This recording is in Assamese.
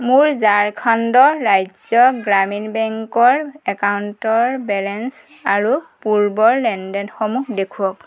মোৰ ঝাৰখণ্ড ৰাজ্য গ্ৰামীণ বেংকৰ একাউণ্টৰ বেলেঞ্চ আৰু পূৰ্বৰ লেনদেনসমূহ দেখুৱওক